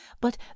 But